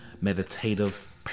meditative